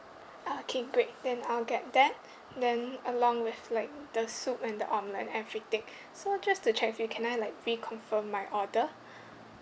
okay great then I'll get that then along with like the soup and the omelette everything so just to check with you can I like reconfirm my order